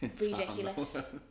Ridiculous